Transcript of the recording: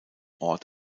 ort